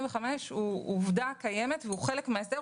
ה-1.75% הוא עובדה קיימת והוא חלק מן ההסדר,